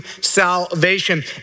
salvation